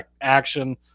action